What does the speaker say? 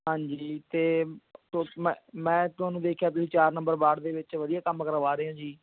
ਹਾਂਜੀ ਅਤੇ ਮੈਂ ਮੈਂ ਤੁਹਾਨੂੰ ਦੇਖਿਆ ਤੁਸੀਂ ਚਾਰ ਨੰਬਰ ਵਾਰਡ ਦੇ ਵਿੱਚ ਵਧੀਆ ਕੰਮ ਕਰਵਾ ਰਹੇ ਹੋ ਜੀ